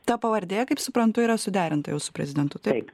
ta pavardė kaip suprantu yra suderinta jau su prezidentu taip